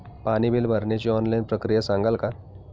पाणी बिल भरण्याची ऑनलाईन प्रक्रिया सांगाल का?